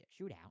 shootout